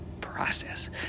process